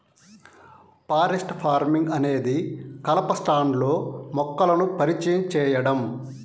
forest farming అనేది కలప స్టాండ్లో మొక్కలను పరిచయం చేయడం